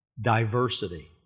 diversity